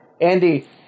Andy